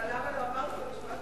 למה לא אמרת את זה?